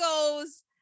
goes